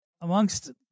amongst